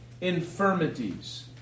infirmities